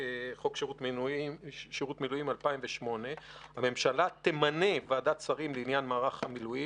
חילקו את המילואים לשני חיילים כדי ששניהם לא יקבלו את התגמול הזה.